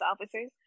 officers